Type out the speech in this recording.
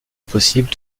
possible